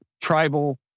tribal